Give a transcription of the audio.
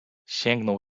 sięgnął